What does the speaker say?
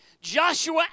Joshua